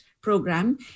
program